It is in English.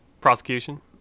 Prosecution